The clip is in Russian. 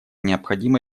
необходимо